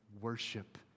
worship